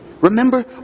Remember